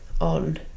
on